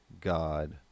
God